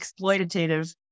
exploitative